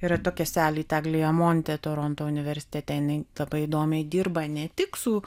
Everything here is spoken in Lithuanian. yra tokia selyt eglija monte toronto universitete jinai labai įdomiai dirba ne tik su